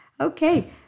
okay